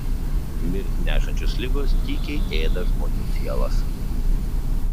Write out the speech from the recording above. mirtį nešančios ligos tykiai ėda žmonių sielas